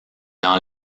dans